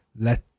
let